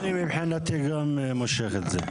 אני מבחינתי, גם מושך את זה.